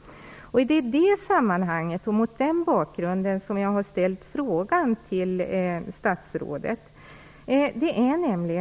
Det är i det sammanhanget och mot den bakgrunden som jag har ställt frågan till statsrådet.